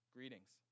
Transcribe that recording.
Greetings